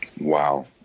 Wow